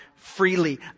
freely